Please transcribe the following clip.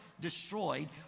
Destroyed